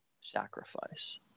sacrifice